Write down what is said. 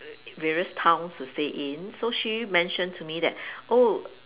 various towns to stay in so she mentioned to me that oh